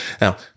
Now